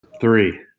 three